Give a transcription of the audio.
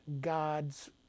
God's